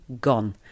gone